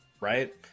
right